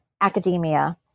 academia